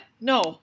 No